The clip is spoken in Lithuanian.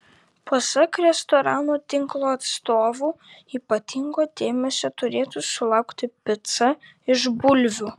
pasak restoranų tinklo atstovų ypatingo dėmesio turėtų sulaukti pica iš bulvių